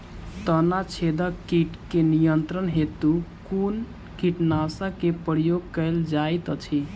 तना छेदक कीट केँ नियंत्रण हेतु कुन कीटनासक केँ प्रयोग कैल जाइत अछि?